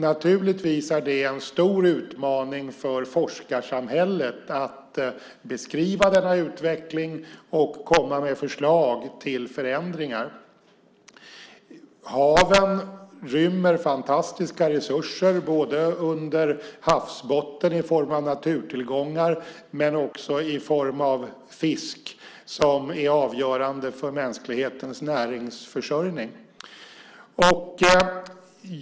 Naturligtvis är det en stor utmaning för forskarsamhället att beskriva denna utveckling och komma med förslag till förändringar. Haven rymmer fantastiska resurser, både under havsbotten i form av naturtillgångar och i form av fisk som är avgörande för mänsklighetens näringsförsörjning.